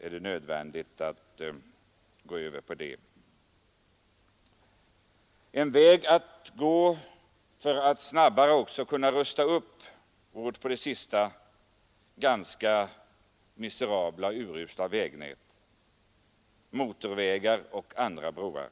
På det sättet kan vi snabbt rusta upp våra alltmer miserabla och urusla motorvägar, andra vägar och broar.